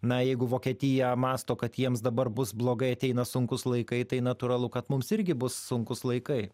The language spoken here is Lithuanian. na jeigu vokietija mąsto kad jiems dabar bus blogai ateina sunkūs laikai tai natūralu kad mums irgi bus sunkūs laikai